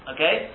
Okay